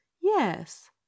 Yes